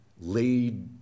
laid